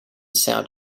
sound